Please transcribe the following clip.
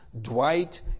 dwight